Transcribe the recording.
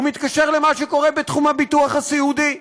הוא מתקשר למה שקורה בתחום הביטוח הסיעודי.